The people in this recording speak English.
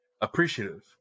appreciative